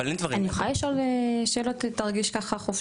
אבל אין דברים --- אני יכולה לשאול שאלות ותרגיש חופשי